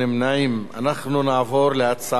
אנחנו נעבור להצעת החוק הבאה,